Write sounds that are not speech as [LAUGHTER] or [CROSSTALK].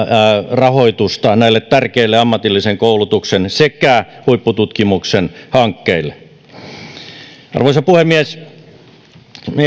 rahoitusta näille tärkeille ammatillisen koulutuksen sekä huippututkimuksen hankkeille arvoisa puhemies me [UNINTELLIGIBLE]